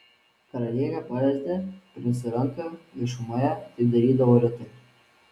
karalienė palietė princui ranką viešumoje tai darydavo retai